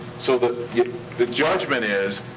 so the yeah the judgment is,